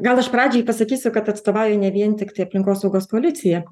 gal aš pradžiai pasakysiu kad atstovauju ne vien tiktai aplinkosaugos koaliciją